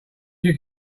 you